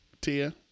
Tia